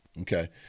okay